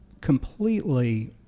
completely